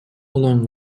along